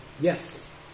Yes